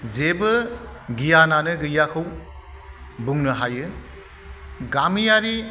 जेबो गियानानो गैयाखौ बुंनो हायो गामियारि